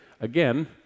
Again